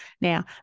Now